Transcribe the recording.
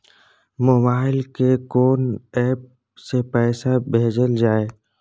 Mobile के कोन app से पैसा भेजल जाए?